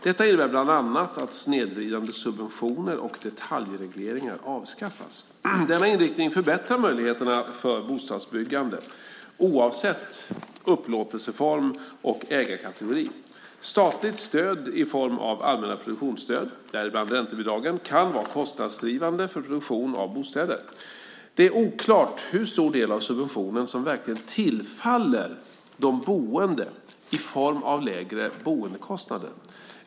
Detta innebär bland annat att snedvridande subventioner och detaljregleringar avskaffas. Denna inriktning förbättrar möjligheterna för bostadsbyggande, oavsett upplåtelseform och ägarkategori. Statligt stöd i form av allmänna produktionsstöd, däribland räntebidragen, kan vara kostnadsdrivande för produktionen av bostäder. Det är oklart hur stor del av subventionen som verkligen tillfaller de boende i form av lägre boendekostnader.